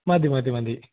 മതി മതി മതി